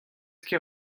ket